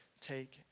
take